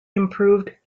improved